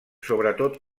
sobretot